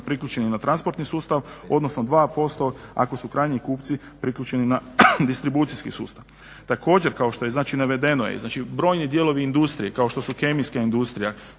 priključenim na transportni sustav, odnosno 2% ako su krajnji kupci priključeni na distribucijski sustav. Također kao što je navedeno znači brojni dijelovi industrije kao što su kemijska industrija